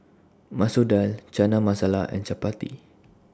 Masoor Dal Chana Masala and Chapati